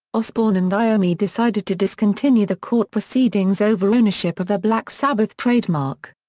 osbourne and iommi decided to discontinue the court proceedings over ownership of the black sabbath trademark.